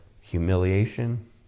humiliation